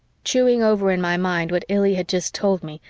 chewing over in my mind what illy had just told me,